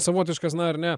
savotiškas na ar ne